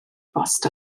bost